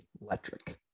Electric